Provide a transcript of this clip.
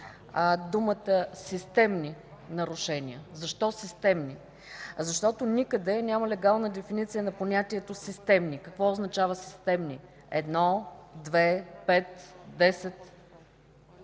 думите „системни нарушения”. Защо „системни”? Защото никъде няма легална дефиниция на понятието „системни”. Какво означава „системни” – едно, две, пет, десет?